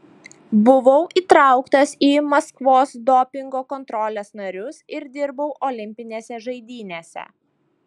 buvau įtrauktas į maskvos dopingo kontrolės narius ir dirbau olimpinėse žaidynėse